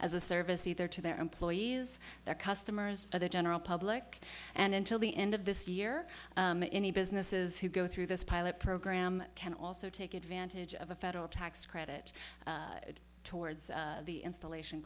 as a service either to their employees their customers or the general public and until the end of this year any businesses who go through this pilot program can also take advantage of a federal tax credit towards the installation